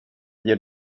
ger